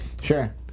Sure